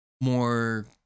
more